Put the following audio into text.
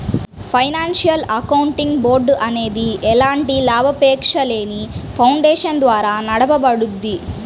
financial accounting board అనేది ఎలాంటి లాభాపేక్షలేని ఫౌండేషన్ ద్వారా నడపబడుద్ది